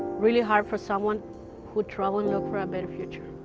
really hard for someone who travel and look for a better future.